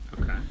Okay